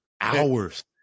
Hours